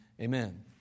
amen